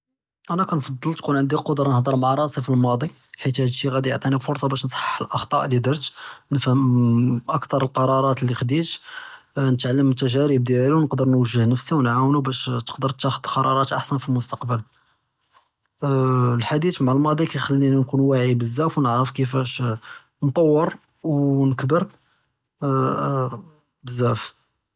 אַנָא כַּנְפַדֵּל תְּקוּן עַנְדִי אֶלְקֻדְרַה נְהַדֵּר מְעַ רַאסִי פִּי אֶלְמַאדִי, חֵית הָאדִי גַּאדִי יְעְטִינִי פְּרְסַה בַּאש נְסַחֵּח אֶלְאַחְטָאא' לִי דַרְת וְנְפַהֵם אֶקְתַר אֶלְקְרַארַאת לִי חָדַיִת וְנִתְעַלֵם מִן תַּגַ'ארִב דִּיַאלִי, וְנְקְדַר נְוַגֵּה נַפְסִי בַּאש תְּקְדֵר תִּתְחַתַ'דְ זַקַּארַאת אַחְסַן פִּי אֶלְמֻסְתָקְבַל, אֶלְחַדִית מְעַ אֶלְמַאדִי כַּיִחַלְּינִי נְקוּן וָעִיּ בְּזַאף וְנַעְרֵף נְטַוַר וְנְכַבֵּּר בְּזַאף.